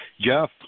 Jeff